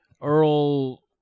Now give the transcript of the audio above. Earl